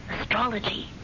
Astrology